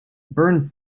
burn